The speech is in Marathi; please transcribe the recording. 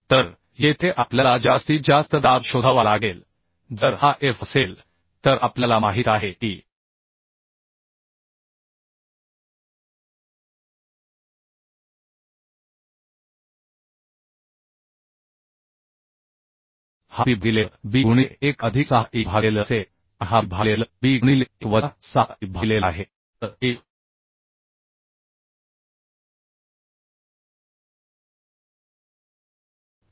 तर येथे आपल्याला जास्तीत जास्त दाब शोधावा लागेल जर हा f असेल तर आपल्याला माहित आहे की हा P भागिले L b गुणिले 1 अधिक 6 E भागिले L असेल आणि हा P भागिले L b गुणिले 1 वजा 6 E भागिले L आहे